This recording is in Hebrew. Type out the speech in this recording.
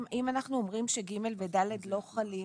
אם אנחנו אומרים ש-(ג) ו-(ד) לא חלים